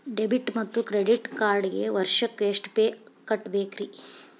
Debit ಮತ್ತು credit ಕಾರ್ಡ್ಗೆ ವರ್ಷಕ್ಕ ಎಷ್ಟ ಫೇ ಕಟ್ಟಬೇಕ್ರಿ?